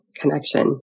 connection